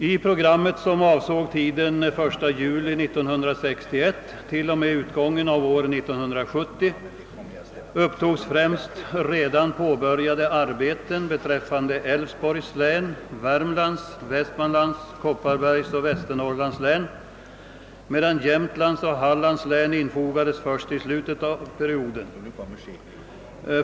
I programmet, som avsåg tiden från och med den 1 juli 1961 till och med utgången av år 1970, upptogs främst redan påbörjade arbeten beträffande Älvsborgs, Värmlands, Västmanlands, Kopparbergs och Västernorrlands län, medan Jämtlands och Hallands län infogades först i slutet av perioden.